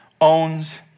owns